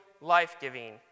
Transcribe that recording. life-giving